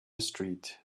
street